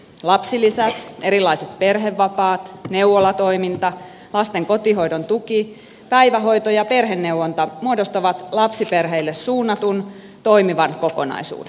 lapsilisät erilaiset perhevapaat neuvolatoiminta lasten kotihoidon tuki päivähoito ja perheneuvonta muodostavat lapsiperheille suunnatun toimivan kokonaisuuden